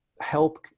help